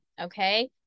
Okay